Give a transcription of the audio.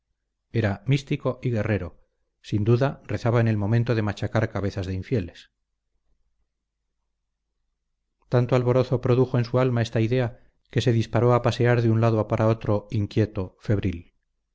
era místico y guerrero sin duda rezaba en el momento de machacar cabezas de infieles tanto alborozo produjo en su alma esta idea que se disparó a pasear de un lado para otro inquieto febril